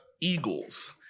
eagles